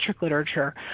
literature